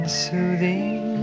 soothing